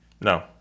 No